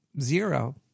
zero